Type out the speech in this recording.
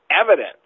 evidence